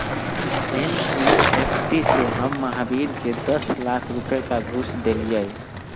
NEFT से हम महावीर के दस लाख रुपए का घुस देलीअई